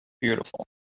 Beautiful